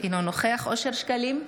אינו נוכח אושר שקלים,